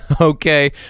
Okay